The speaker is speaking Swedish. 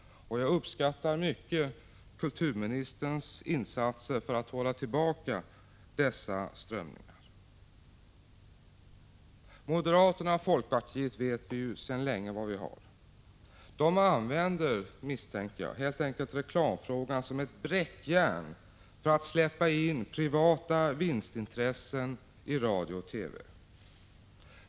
Jag uppskatter mycket kulturministerns insatser för att hålla tillbaka dessa strömningar. Moderaterna och folkpartiet vet vi ju sedan länge var vi har. De använder, misstänker jag, helt enkelt reklamfrågan som ett bräckjärn för att släppa in privata vinstintressen i radio och TV.